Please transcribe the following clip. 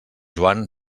joan